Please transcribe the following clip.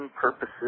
purposes